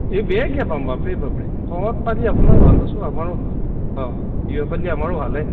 এই বেয়া কিয়া পাম বাপৰে বাপৰে কমত পালে আপোনাৰ ভাল দেচুন আমাৰো অঁ দিব পাৰিলে আমাৰো ভালহে